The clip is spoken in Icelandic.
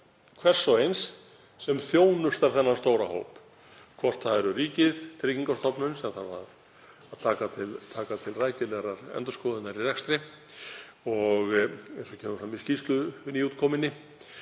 hvers og eins sem þjónustar þennan stóra hóp, hvort það er ríkið eða Tryggingastofnun, sem þarf að taka til rækilegrar endurskoðunar í rekstri eins og kemur fram í nýútkominni